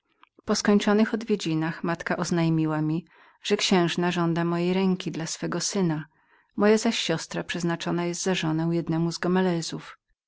po skończonych odwiedzinach matka oznajmiła mi że księżna żądała mnie w zamęźcie dla swego syna moja siostra zaś przeznaczona była za żonę jednemu z gomelezów